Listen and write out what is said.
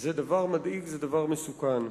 זה דבר מדאיג, זה דבר מסוכן.